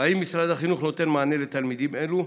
2. האם משרד החינוך נותן מענה לתלמידים אלה?